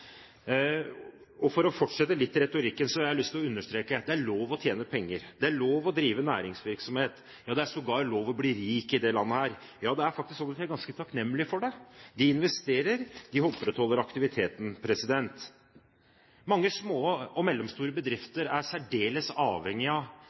måte. For å fortsette retorikken litt har jeg lyst til å understreke: Det er lov å tjene penger. Det er lov å drive næringsvirksomhet. Ja, det er sågar lov å bli rik i det landet her. Ja, det er faktisk sånn at vi er ganske takknemlige for det. De investerer, og de opprettholder aktiviteten. Mange små og mellomstore